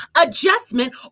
adjustment